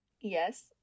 yes